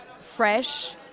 fresh